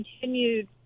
continued